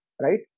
right